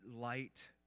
light